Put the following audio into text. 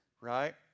right